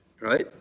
right